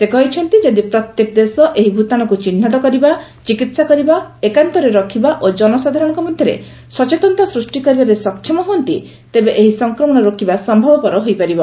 ସେ କହିଛନ୍ତି ଯଦି ପ୍ରତ୍ୟେକ ଦେଶ ଏହି ଭୂତାଣୁକୁ ଚିହ୍ନଟ କରିବା ଚିକିତ୍ସା କରିବା ଏକାନ୍ତରେରଖିବା ଓ ଜନସାଧାରଣଙ୍କ ମଧ୍ୟରେ ସଚେତନତା ସୃଷ୍ଟି କରିବାରେ ସକ୍ଷମ ହୁଅନ୍ତି ତେବେ ଏହି ସଂକ୍ରମଣ ରୋକିବା ସମ୍ଭବପର ହୋଇପାରିବ